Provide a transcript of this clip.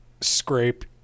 scrape